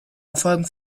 erfolgen